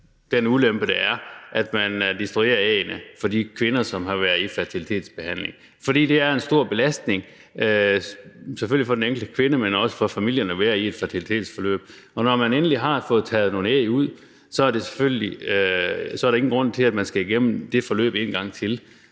den ulempe, det er at destruere æggene fra de kvinder, der har været i fertilitetsbehandling. Det er selvfølgelig en stor belastning for den enkelte kvinde, men også for familierne, at være i et fertilitetsforløb, og når man endelig har fået taget nogle æg ud, er der ingen grund til, at man skal igennem det forløb en gang til.